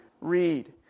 read